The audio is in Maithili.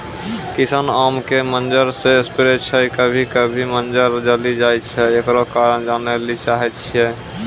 किसान आम के मंजर जे स्प्रे छैय कभी कभी मंजर जली जाय छैय, एकरो कारण जाने ली चाहेय छैय?